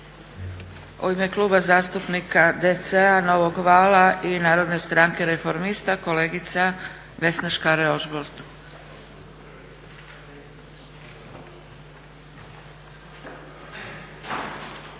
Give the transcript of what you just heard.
U ime Kluba zastupnika DC-a, Novog vala i Narodne stranke reformista kolegica Vesna Škare-Ožbolt.